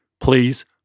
please